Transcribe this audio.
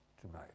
tonight